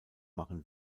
machen